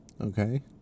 Okay